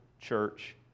church